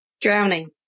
Drowning